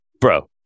bro